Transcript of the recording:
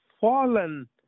fallen